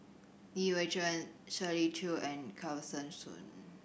Li Hui Cheng Shirley Chew and Kesavan Soon